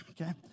okay